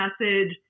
message